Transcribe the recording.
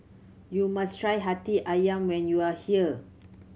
you must try Hati Ayam when you are here